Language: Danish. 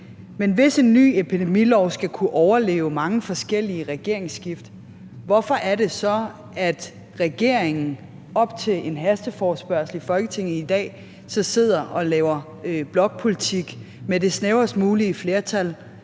Men hvis en ny epidemilov skal kunne overleve mange forskellige regeringsskift, hvorfor er det så, regeringen op til en hasteforespørgsel i Folketinget i dag sidder og laver blokpolitik med det snævrest mulige flertal